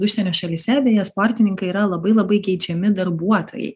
užsienio šalyse sportininkai yra labai labai geidžiami darbuotojai